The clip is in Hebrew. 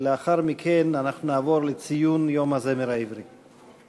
ולאחר מכן אנחנו נעבור לציון יום הזמר העברי.